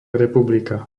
republika